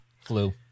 flu